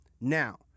Now